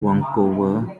vancouver